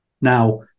Now